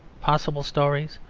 possible stories,